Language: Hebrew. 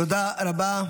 תודה רבה.